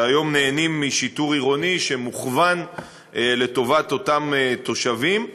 שהיום נהנות משיטור עירוני שמוכוון לטובת אותם תושבים.